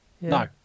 No